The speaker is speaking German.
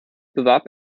bewarb